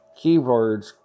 keywords